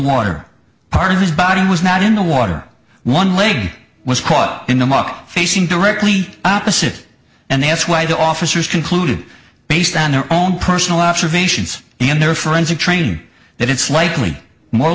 water park his body was not in the water one leg was caught in the muck facing directly opposite and that's why the officers concluded based on their own personal observations and their forensic train that it's likely more